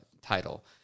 title